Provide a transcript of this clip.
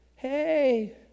Hey